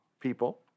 people